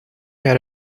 had